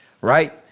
right